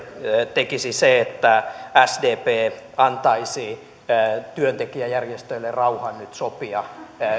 tekisi se että sdp antaisi työntekijäjärjestöille rauhan nyt sopia